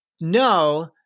no